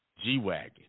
G-Wagon